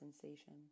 sensation